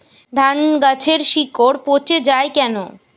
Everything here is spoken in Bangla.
ধানগাছের শিকড় পচে য়ায় কেন?